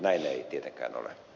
näin ei tietenkään ole